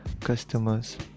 customers